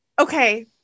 Okay